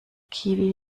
kiwi